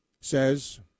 says